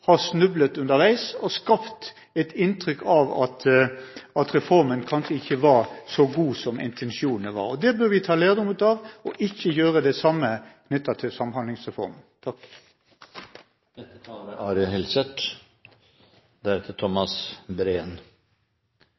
har snublet underveis og skapt et inntrykk av at reformen kanskje ikke var så god som intensjonen var. Det bør vi ta lærdom av og ikke gjøre det samme knyttet til Samhandlingsreformen.